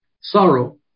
sorrow